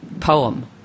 poem